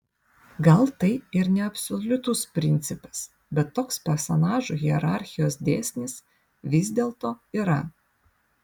gal tai ir neabsoliutus principas bet toks personažų hierarchijos dėsnis vis dėlto yra